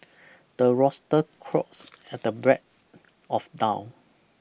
the rooster crows at the bread of down